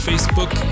Facebook